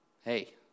hey